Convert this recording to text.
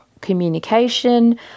communication